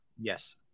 Yes